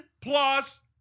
Plus